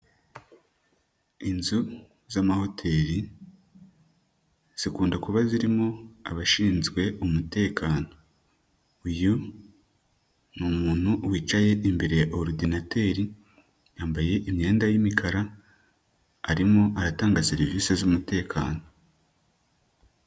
Inzu z'amahoteli zikunda kuba zirimo abashinzwe umutekano. Uyu ni umuntu wicaye imbere ya ordinateur, yambaye imyenda y'mikara, arimo aratanga serivisi z'umutekano.